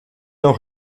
auch